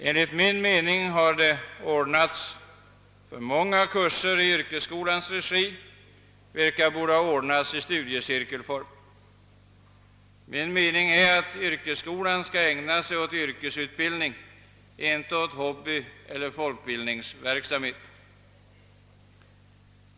Enligt min mening har alltför: många kurser som hållits i yrkesskolans regi i stället bort anordnas i studiecirkelform. Min mening är att yr ning, inte åt hobbyeller folkbildningsverksamhet.